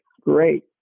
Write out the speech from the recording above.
great